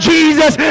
Jesus